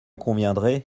conviendrez